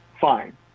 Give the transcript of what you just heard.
Fine